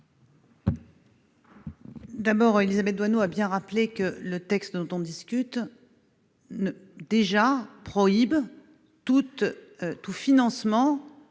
de vote. Élisabeth Doineau a bien rappelé que le texte dont nous discutons prohibe tout financement